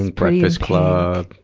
and breakfast club